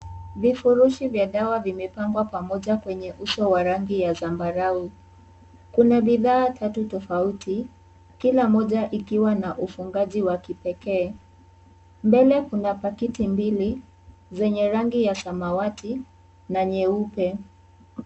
Vivurushi vya dawa vimepangwa pamoja kwenye uso wa rangi ya sambarau kuna bidhaa tatu tofauti kila moja ikiwa na ufungaji wa kipekee mbele kuna pakiti mbili zenye rangi ya samawati na nyeupe.